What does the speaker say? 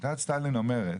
שיטת סטאלין אומרת